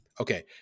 Okay